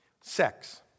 Sex